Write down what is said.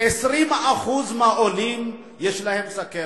20% מהעולים יש להם סוכרת.